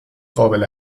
قابل